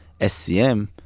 SCM